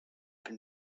been